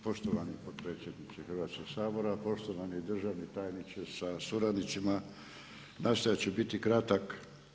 Poštovani predsjedniče Hrvatskog sabora, poštovani državni tajniče sa suradnicima nastojat ću biti kratak.